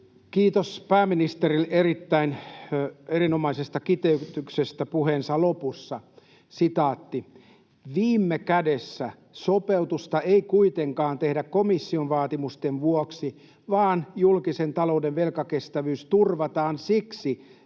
Kiitos pääministerille erittäin erinomaisesta kiteytyksestä puheensa lopussa: ”Viime kädessä sopeutusta ei kuitenkaan tehdä komission vaatimusten vuoksi, vaan julkisen talouden velkakestävyys turvataan siksi,